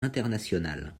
international